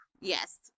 Yes